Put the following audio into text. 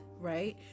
right